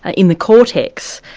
ah in the cortex.